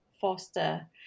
foster